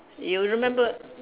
you remember